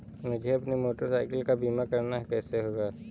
मुझे अपनी motorcycle का बीमा करना है कैसे होगा?